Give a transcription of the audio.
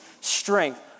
strength